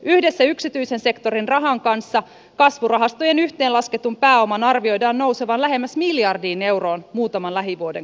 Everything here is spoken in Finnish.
yhdessä yksityisen sektorin rahan kanssa kasvurahastojen yhteenlasketun pääoman arvioidaan nousevan lähemmäs miljardiin euroon muutaman lähivuoden kuluessa